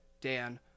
Dan